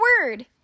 word